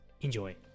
enjoy